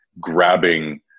grabbing